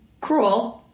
Cruel